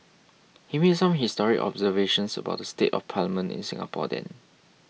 he made some historic observations about the state of parliament in Singapore then